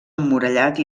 emmurallat